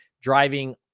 driving